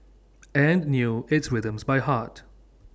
and knew its rhythms by heart